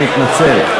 אני מתנצל.